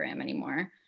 anymore